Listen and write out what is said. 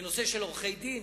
בנושא של עורכי-דין.